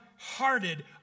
hearted